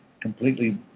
completely